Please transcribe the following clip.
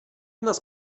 nás